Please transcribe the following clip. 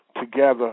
Together